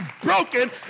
broken